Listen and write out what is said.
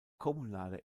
kommunaler